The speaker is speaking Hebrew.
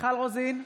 מיכל רוזין,